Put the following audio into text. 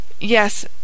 Yes